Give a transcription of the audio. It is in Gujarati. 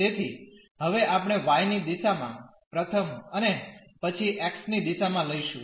તેથી હવે આપણે y ની દિશામાં પ્રથમ અને પછી x ની દિશામાં લઈશું